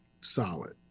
solid